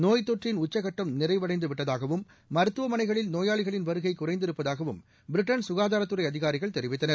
நோய்த்தொற்றின் உச்சக்கட்டம் நிறைவடைந்து விட்டதாகவும் மருத்துவமனைகளில் நோயாளிகளின் வருகை குறைந்திருப்பதாகவும் பிரிட்டன் சுகாதாரத்துறை அதிகாரிகள் தெரிவித்தனர்